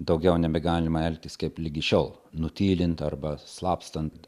daugiau nebegalima elgtis kaip ligi šiol nutylint arba slapstant